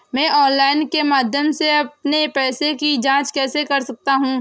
मैं ऑनलाइन के माध्यम से अपने पैसे की जाँच कैसे कर सकता हूँ?